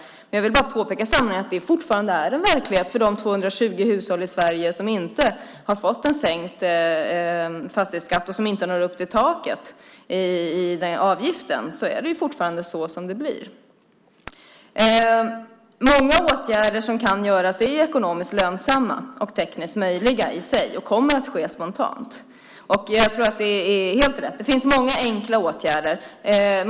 Samtidigt vill jag påpeka att detta fortfarande är en verklighet för de 220 hushåll i Sverige som inte har fått en sänkt fastighetsskatt och som inte når upp till taket i fråga om avgiften. De får en ökad skatt. Många åtgärder som kan göras är ekonomiskt lönsamma och tekniskt möjliga i sig och kommer att ske spontant. Det är helt rätt. Det finns många enkla åtgärder att vidta.